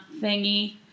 thingy